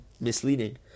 misleading